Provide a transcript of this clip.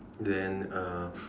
then uh